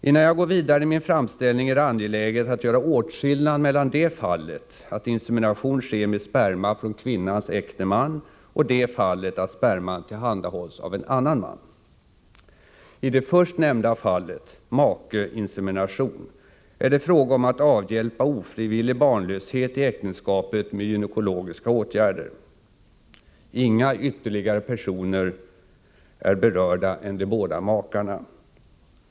Innan jag går vidare i min framställning är det angeläget att göra åtskillnad mellan det fallet att insemination sker med sperma från kvinnans äkta man och det fallet att sperman tillhandahålls av en annan man. I det först nämnda fallet — makeinsemination — är det fråga om att avhjälpa ofrivillig barnlöshet i äktenskapet med gynekologiska åtgärder. Inga ytterligare personer är berörda än de båda makarna.